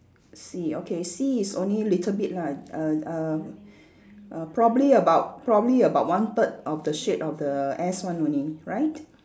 C okay C is only a little bit lah uh uh uh probably about probably about one third of the shape of the S one only right